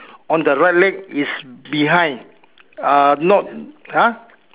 on the right leg is behind uh not !huh!